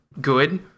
good